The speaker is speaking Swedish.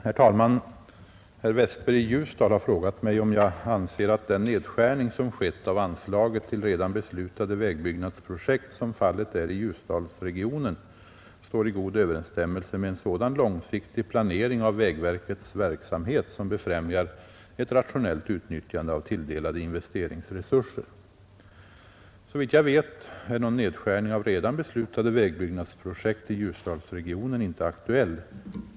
Herr talman! Herr Westberg i Ljusdal har frågat mig om jag anser att den nedskärning som skett av anslaget till redan beslutade vägbyggnadsprojekt, som fallet är i Ljusdalsregionen, står i god överensstämmelse med en sådan långsiktig planering av vägverkets verksamhet, som befrämjar ett rationellt utnyttjande av tilldelade investeringsresurser. Såvitt jag vet är någon nedskärning av redan beslutade vägbyggnadsprojekt i Ljusdalsregionen inte aktuell.